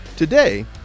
Today